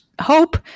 hope